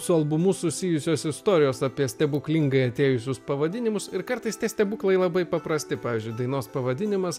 su albumu susijusios istorijos apie stebuklingai atėjusius pavadinimus ir kartais tie stebuklai labai paprasti pavyzdžiui dainos pavadinimas